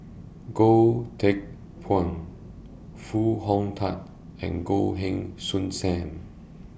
Goh Teck Phuan Foo Hong Tatt and Goh Heng Soon SAM